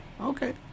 Okay